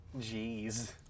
Jeez